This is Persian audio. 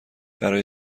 برای